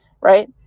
right